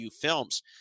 films